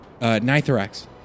Nithorax